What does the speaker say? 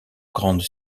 grandes